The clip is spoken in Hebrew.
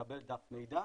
מקבל דף מידע,